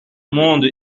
monde